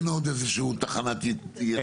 אין עוד תחנת ייצור, זיקוק או טיפול?